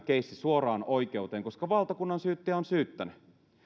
keissin mennä suoraan oikeuteen koska valtakunnansyyttäjä on syyttänyt